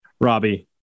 Robbie